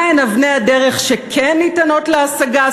מה הן אבני הדרך שכן ניתנות להשגה?